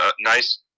nice